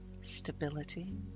stability